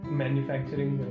manufacturing